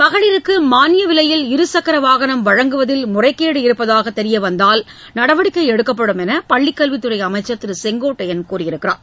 மகளிருக்கு மானிய விலையில் இருக்கர வாகனம் வழங்குவதில் முறைகேடு இருப்பதாக தெரிய வந்தால் நடவடிக்கை எடுக்கப்படும் என்று பள்ளி கல்வித் துறை அமைச்சர் திரு செங்கோட்டையன் கூறியுள்ளார்